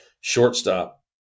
shortstop